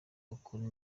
ukuri